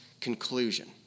conclusion